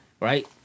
right